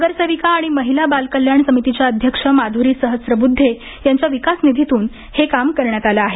नगरसेविका आणि महिला बालकल्याण समितीच्या अध्यक्ष माधुरी सहस्रबुद्धे यांच्या विकासनिधीतून हे काम करण्यात आलं आहे